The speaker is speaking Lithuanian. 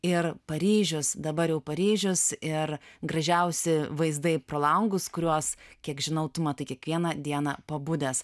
ir paryžius dabar jau paryžius ir gražiausi vaizdai pro langus kuriuos kiek žinau tu matai kiekvieną dieną pabudęs